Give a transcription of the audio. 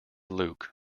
luke